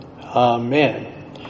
Amen